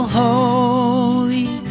holy